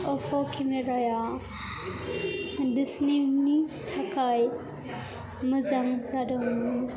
अप्प' केमेराया बिसोरनि थाखाय मोजां जादोंमोन